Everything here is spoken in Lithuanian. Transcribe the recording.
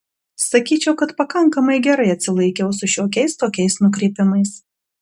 sakyčiau kad pakankamai gerai atsilaikiau su šiokiais tokiais nukrypimais